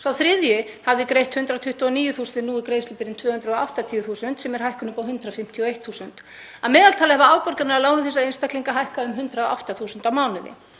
Sá þriðji hafði greitt 129.000 en nú er greiðslubyrðin 280.000 sem er hækkun upp á 151.000. Að meðaltali hafa afborganir af lánum þessara einstaklinga hækkað um 108.000 á mánuði.